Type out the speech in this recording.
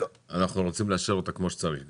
אנחנו רוצים לאשר אותה כמו שצריך.